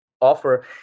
offer